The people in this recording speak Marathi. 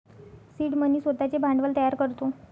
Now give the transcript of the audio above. सीड मनी स्वतःचे भांडवल तयार करतो